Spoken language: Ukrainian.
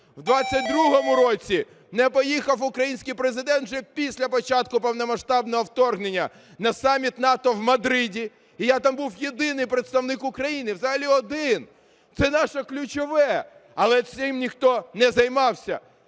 У 2022 році не поїхав український Президент, вже після початку повномасштабного вторгнення, на саміт НАТО в Мадриді. І я там був єдиний представник України, взагалі один. Це наше ключове, але цим ніхто не займався.